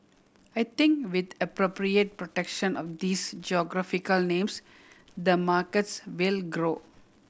I think with appropriate protection of these geographical names the markets will grow